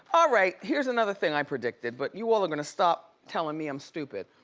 all right, here's another thing i predicted, but you all are gonna stop telling me i'm stupid.